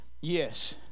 Yes